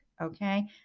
okay